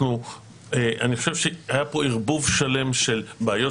אני חושב שהיה כאן ערבוב שלם של בעיות